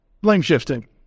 blame-shifting